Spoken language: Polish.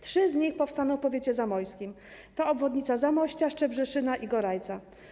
Trzy z nich powstaną w powiecie zamojskim - to obwodnica Zamościa, Szczebrzeszyna i Gorajca.